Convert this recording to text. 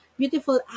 beautiful